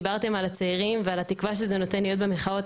דיברתם על הצעירים ועל התקווה שזה נותן להיות במחאות,